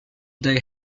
they